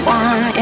one